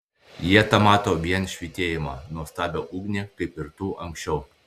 jie temato vien švytėjimą nuostabią ugnį kaip ir tu anksčiau